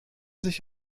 sich